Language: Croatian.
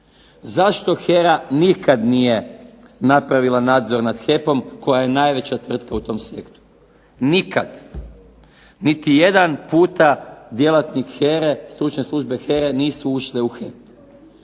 Zašto HERA nikad nije napravila nadzor nad HEP-om koja je najveća tvrtka u tom sektoru? Nikad, niti jedan puta djelatnik HERA-e, stručne službe HERA-e nisu ušle u HEP.